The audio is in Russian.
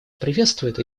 приветствует